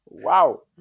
Wow